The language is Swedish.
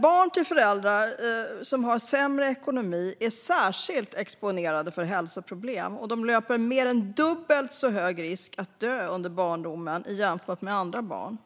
Barn till föräldrar som har sämre ekonomi är särskilt exponerade för hälsoproblem och löper mer än dubbelt så stor risk att dö under barndomen som andra barn.